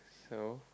so